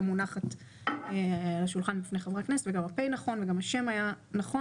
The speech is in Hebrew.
מונחת על השולחן בפני חברי הכנסת וגם ה-פ' נכון וגם השם היה נכון,